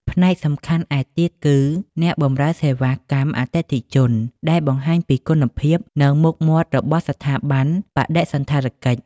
ផ្នែកសំខាន់ឯទៀតគឺ អ្នកបម្រើសេវាកម្មអតិថិជនដែលបង្ហាញពីគុណភាព និងមុខមាត់របស់ស្ថាប័នបដិសណ្ឋារកិច្ច។